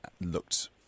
looked